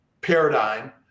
paradigm